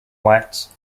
letts